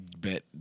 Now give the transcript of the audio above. Bet